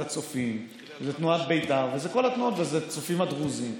הצופים וזה תנועת בית"ר וזה הצופים הדרוזים,